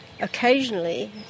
occasionally